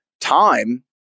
time